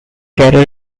carole